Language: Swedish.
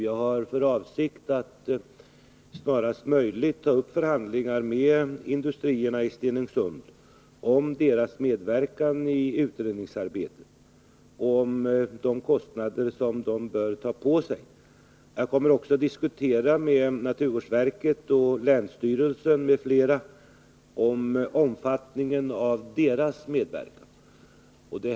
Jag har för avsikt att snarast möjligt ta upp förhandlingar med industrierna i Stenungsund om deras medverkan i utredningsarbetet och om de kostnader de bör ta på sig. Jag kommer också att diskutera med naturvårdsverket och länsstyrelsen m.fl. om omfattningen av deras medverkan.